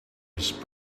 his